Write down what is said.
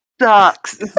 sucks